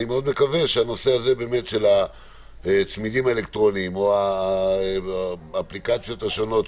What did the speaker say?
אני מקווה שהנושא של הצמידים האלקטרונים והאפליקציות השונות,